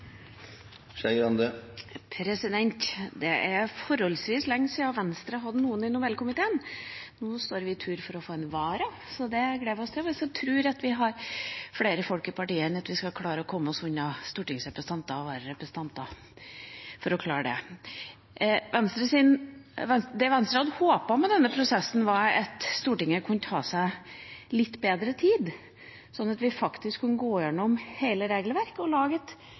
Det er forholdsvis lenge siden Venstre hadde noen i Nobelkomiteen. Nå står vi for tur til å få en vara, og det gleder vi oss til. Jeg tror at vi har nok folk i partiet til at vi skal klare å komme oss unna stortingsrepresentanter og vararepresentanter. Det Venstre hadde håpet på med denne prosessen, var at Stortinget kunne ta seg litt bedre tid, sånn at vi faktisk kunne gå gjennom hele regelverket